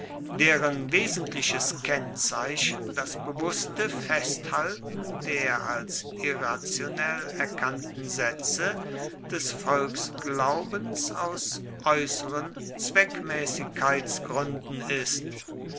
deren wesentliches kennzeichen das bewußte festhalten der als irrationell erkannten sätze des volksglaubens aus äußeren zweckmäßigkeitsgründen ist